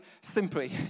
simply